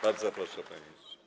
Bardzo proszę, panie ministrze.